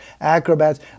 acrobats